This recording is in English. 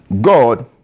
God